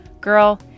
Girl